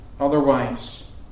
Otherwise